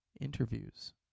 interviews